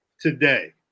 today